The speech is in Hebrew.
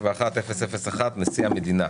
31001, נשיא המדינה.